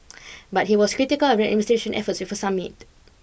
but he was critical of administration's efforts with a summit